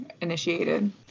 initiated